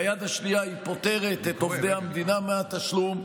ביד השנייה היא פוטרת את עובדי המדינה מהתשלום,